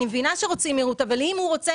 אני מבינה שרוצים מהירות אבל אם הוא רוצה